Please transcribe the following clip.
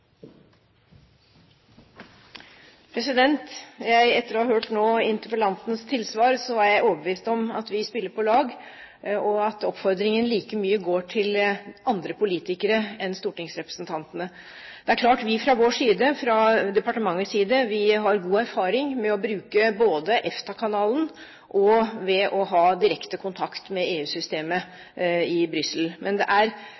Etter å ha hørt interpellantens tilsvar, er jeg overbevist om at vi spiller på lag, og at oppfordringen like mye går til andre politikere enn stortingsrepresentantene. Vi har fra vår side, fra departementets side, god erfaring med å bruke både EFTA-kanalen og å ha direkte kontakt med EU-systemet i Brussel. Men det er